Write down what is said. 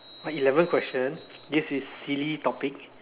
eleventh question this is silly topic